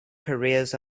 careers